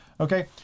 okay